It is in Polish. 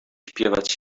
śpiewać